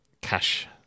cash